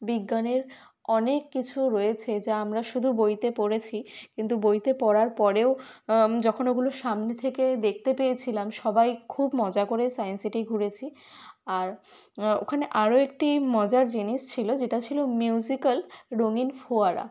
বিজ্ঞানের অনেক কিছু রয়েছে যা আমরা শুধু বইতে পড়েছি কিন্তু বইতে পড়ার পরেও যখন ওগুলো সামনে থেকে দেখতে পেয়েছিলাম সবাই খুব মজা করে সায়েন্স সিটি ঘুরেছি আর ওখানে আরও একটি মজার জিনিস ছিল যেটা ছিল মিউজিক্যাল রঙিন ফোয়ারা